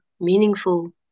meaningful